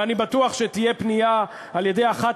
ואני בטוח שתהיה פנייה על-ידי אחת